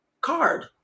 card